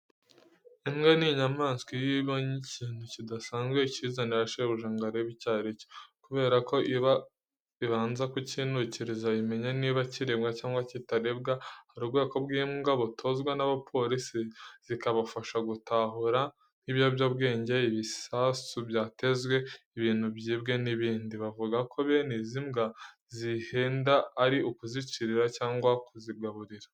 Imbwa ni inyamanswa iyo ibonye ikintu kidasanzwe ikizanira shebuja ngo arebe icyo ari cyo. Kubera ko ibanza kukinukiriza, imenya niba kiribwa cyangwa kitaribwa. Hari ubwoko bw'imbwa butozwa n'abapolisi zikabafasha gutahura nk'ibiyobyabwenge, ibisasu byatezwe, ibintu byibwe n'ibindi. Bavuga ko bene izi mbwa zihenda ari ukuzicirira cyangwa kuzigaburira.